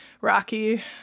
rocky